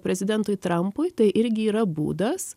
prezidentui trampui tai irgi yra būdas